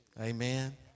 amen